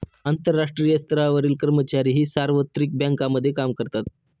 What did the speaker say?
आंतरराष्ट्रीय स्तरावरील कर्मचारीही सार्वत्रिक बँकांमध्ये काम करतात